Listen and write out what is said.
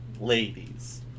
ladies